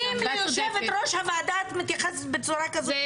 אם ליושבת ראש הוועדה את מתייחסת בצורה כזו,